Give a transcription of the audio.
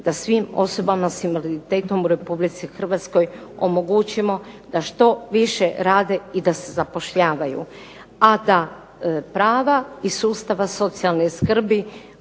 da svim osobama s invaliditetom u Republici Hrvatskoj omogućimo da što više rade i da se zapošljavaju, a da prava iz sustava socijalne skrbi